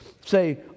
say